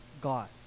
God